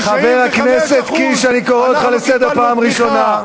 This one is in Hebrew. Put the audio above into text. חבר הכנסת קיש, אני קורא אותך לסדר פעם ראשונה.